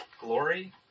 glory